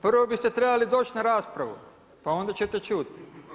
Prvo biste trebali doći na raspravu, pa onda ćete čuti.